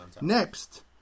Next